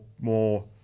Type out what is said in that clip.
more